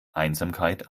einsamkeit